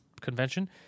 convention